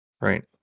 right